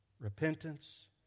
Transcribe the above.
Repentance